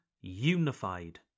unified